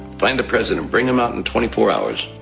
find the president, bring him out in twenty four hours,